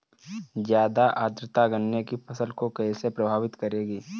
ज़्यादा आर्द्रता गन्ने की फसल को कैसे प्रभावित करेगी?